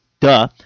Duh